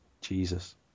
Jesus